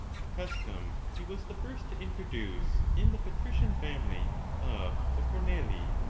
a custom he was the first to introduce in the patrician family of the cornelii.